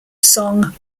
song